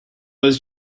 was